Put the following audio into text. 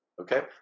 Okay